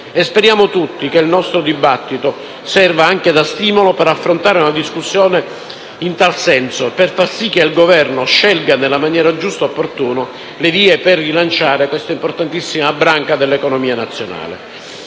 Speriamo tutti che il nostro dibattito serva anche da stimolo per affrontare una discussione in tal senso per far sì che il Governo scelga, nella maniera giusta e opportuna, la via per rilanciare questa importantissima branca dell'economia nazionale.